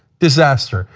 disaster.